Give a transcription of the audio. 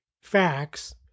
facts